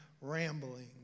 rambling